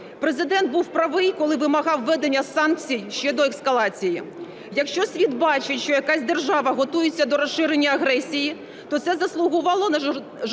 Президент був правий, коли вимагав введення санкцій ще до ескалації. Якщо світ бачить, що якась держава готується до розширення агресії, то це заслуговувало жорсткої